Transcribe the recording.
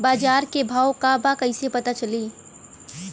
बाजार के भाव का बा कईसे पता चली?